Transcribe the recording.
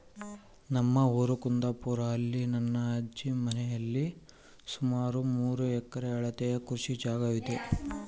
ನಮ್ಮ ಊರು ಕುಂದಾಪುರ, ಅಲ್ಲಿ ನನ್ನ ಅಜ್ಜಿ ಮನೆಯಲ್ಲಿ ಸುಮಾರು ಮೂರು ಎಕರೆ ಅಳತೆಯ ಕೃಷಿ ಜಾಗವಿದೆ